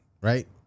right